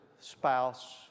spouse